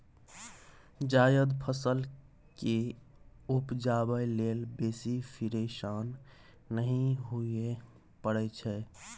जायद फसल केँ उपजाबै लेल बेसी फिरेशान नहि हुअए परै छै